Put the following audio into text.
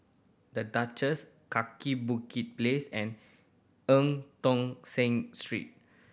The Duchess Kaki Bukit Place and Eu Tong Sen Street